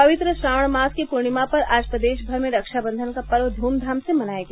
पवित्र श्रावण मास की पूर्णिमा पर आज प्रदेश भर में रक्षाबंधन का पर्व धूमधाम से मनाया गया